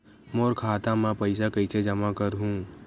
मोर खाता म पईसा कइसे जमा करहु?